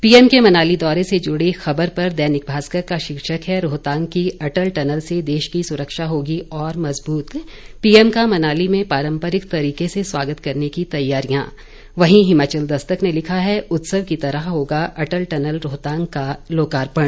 PM के मनाली दौरे से जुड़ी खबर पर दैनिक भास्कर का शीर्षक है रोहतांग की अटल टनल से देश की सुरक्षा होगी और मजबूत पीएम का मनाली में पारंपरिक तरीके से स्वागत करने की तैयारियां वहीं हिमाचल दस्तक ने लिखा है उत्सव की तरह होगा अटल टनल रोहतांग का लोकार्पण